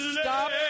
stop